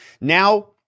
now